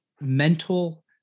mental